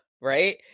right